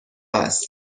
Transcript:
است